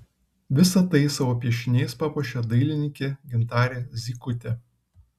visa tai savo piešiniais papuošė dailininkė gintarė zykutė